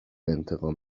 انتقام